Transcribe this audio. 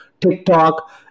TikTok